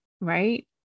right